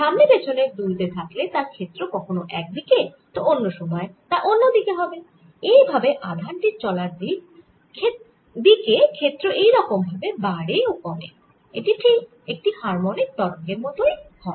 সামনে পেছনে দুলতে থাকলে তার ক্ষেত্র কখনো এক দিকে তো অন্য সময়ে অন্য দিকে এই ভাবে আধান টির চলার দিকে ক্ষেত্র এই রকম ভাবে বাড়ে ও কমে এটি ঠিক একটি হারমনিক তরঙ্গের মতই হয়